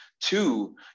two